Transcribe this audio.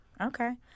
Okay